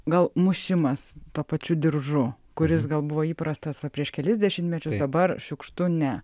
gal mušimas tuo pačiu diržu kuris gal buvo įprastas va prieš kelis dešimtmečius dabar šiukštu ne